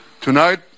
Tonight